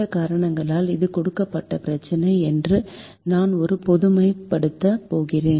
சில காரணங்களால் இது கொடுக்கப்பட்ட பிரச்சினை என்று நான் ஒரு பொதுமைப்படுத்தப் போகிறேன்